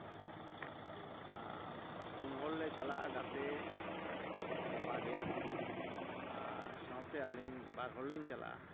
ᱟᱨ ᱯᱩᱱ ᱦᱚᱲᱞᱮ ᱪᱟᱞᱟᱜᱼᱟ ᱜᱟᱛᱮ ᱵᱟᱨᱭᱟ ᱟᱨ ᱥᱟᱶᱛᱮ ᱟ ᱞᱤᱧ ᱵᱟᱨ ᱦᱚᱲᱞᱤᱧ ᱪᱟᱞᱟᱜᱼᱟ